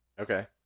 Okay